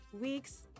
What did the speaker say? weeks